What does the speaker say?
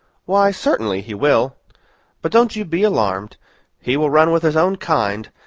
why, certainly, he will but don't you be alarmed he will run with his own kind,